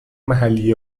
محلی